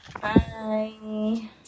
Bye